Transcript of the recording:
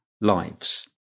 lives